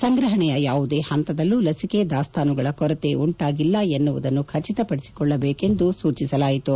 ಸಂಗ್ರಹಣೆಯ ಯಾವುದೇ ಹಂತದಲ್ಲೂ ಲಸಿಕೆ ದಾಸ್ತಾನುಗಳ ಕೊರತೆಯುಂಟಾಗಿಲ್ಲ ಎನ್ನುವುದನ್ನು ಖಚಿತಪಡಿಸಿಕೊಳ್ಳಬೇಕೆಂದು ಸೂಚಿಸಲಾಯಿತು